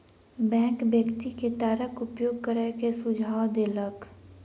bank व्यक्ति के तारक उपयोग करै के सुझाव देलक